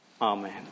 Amen